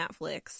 Netflix